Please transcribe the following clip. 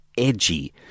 Edgy